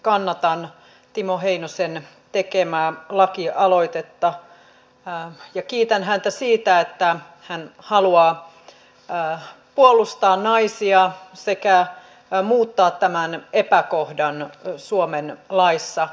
kannatan timo heinosen tekemää lakialoitetta ja kiitän häntä siitä että hän haluaa puolustaa naisia sekä muuttaa tämän epäkohdan suomen laissa